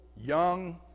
young